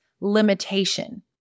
limitation